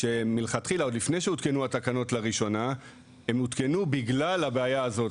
שמלכתחילה עוד לפני שהותקנו התקנות לראשונה הן הותקנו בגלל הבעיה הזאת.